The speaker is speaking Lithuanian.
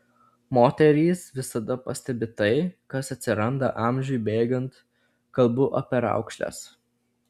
moterys visada pastebi tai kas atsiranda amžiui bėgant kalbu apie raukšles